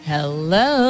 Hello